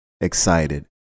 excited